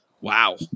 Wow